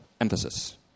emphasis